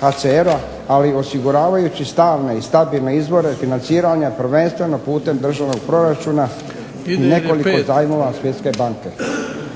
HCR-a, ali osiguravajući stalne i stabilne izvore financiranja prvenstveno putem državnog proračuna u nekoliko zajmova Svjetske banke.